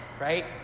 right